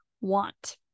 want